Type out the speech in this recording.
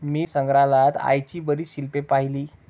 मी संग्रहालयात आईची बरीच शिल्पे पाहिली